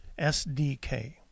SDK